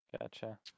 Gotcha